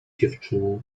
dziewczyny